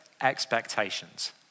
expectations